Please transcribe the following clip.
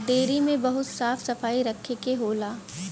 dairy में बहुत साफ सफाई रखे के होला